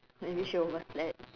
maybe she overslept